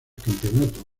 campeonato